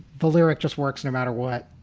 the lyric just works no matter what.